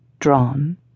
drawn